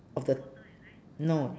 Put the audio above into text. of the no